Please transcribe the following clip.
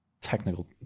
Technical